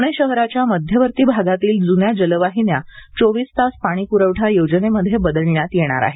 प्णे शहरांच्या मध्यवर्ती भागातील जून्या जलवाहिन्या चोवीस तास पाणी प्रवठा योजनेमध्ये बदलण्यात येणार आहेत